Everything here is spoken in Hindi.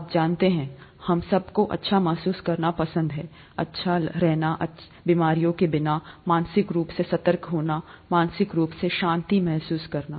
आप जानते हैं हम सबको अच्छा महसूस करना पसंद है अच्छा बीमारियों के बिना मानसिक रूप से सतर्क होना मानसिक रूप से शांति महसूस करना